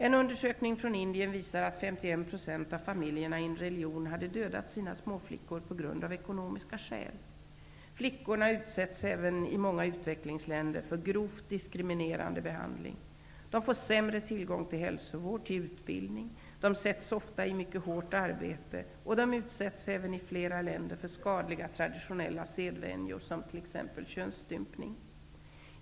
En undersökning från Indien visar att 51 % av familjerna inom en religion hade dödat sina småflickor av ekonomiska skäl. Flickorna utsätts även i många utvecklingsländer för grovt diskriminerande behandling. De får sämre tillgång till hälsovård och utbildning. De sätts ofta i mycket hårt arbete, och de utsätts även i flera länder för skadliga traditionella sedvänjor, t.ex. könsstympning.